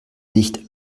nicht